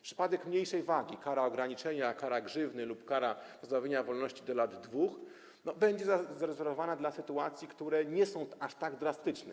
Przypadek mniejszej wagi, kara ograniczenia wolności, kara grzywny lub kara pozbawienia wolności do lat 2 będzie zarezerwowana dla sytuacji, które nie są aż tak drastyczne.